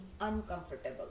uncomfortable